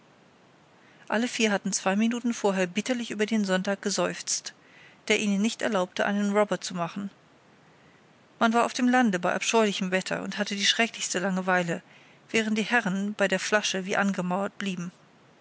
alle vier hatten zwei minuten vorher bitterlich über den sonntag geseufzt der ihnen nicht erlaubte einen robber zu machen man war auf dem lande bei abscheulichem wetter und hatte die schrecklichste langeweile während die herren bei der flasche wie angemauert blieben